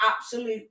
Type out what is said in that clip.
absolute